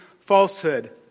falsehood